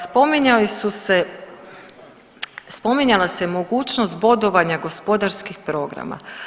Spominjali su se, spominjala se mogućnost bodovanja gospodarskih programa.